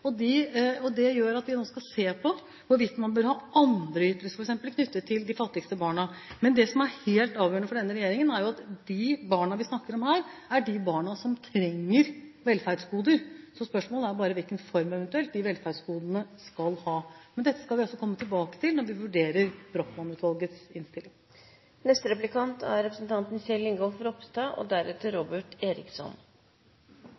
til de fattigste barna. Men det som er helt avgjørende for denne regjeringen, er at de barna vi snakker om her, er de barna som trenger velferdsgoder. Spørsmålet er bare hvilken form de velferdsgodene eventuelt skal ha. Men dette skal vi altså komme tilbake til når vi vurderer Brochmann-utvalgets innstilling.